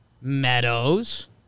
Meadows